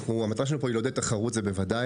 המטרה שלנו פה היא לעודד תחרות, זה בוודאי.